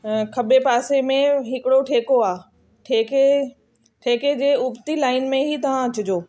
खबे पासे में हिकिड़ो ठेको आहे ठेके ठेके जे उबती लाइन में ई तव्हां अचिजो